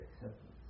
acceptance